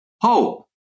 hope